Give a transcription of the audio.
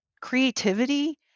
creativity